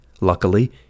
Luckily